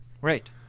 Right